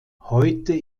heute